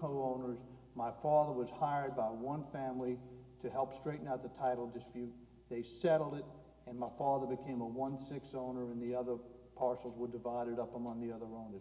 co owners my father was hired by one family to help straighten out the title dispute they settled it and my father became a one six owner and the other parcel were divided up among the other wrong